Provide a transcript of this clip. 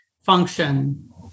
function